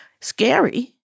scary